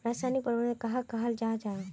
रासायनिक प्रबंधन कहाक कहाल जाहा जाहा?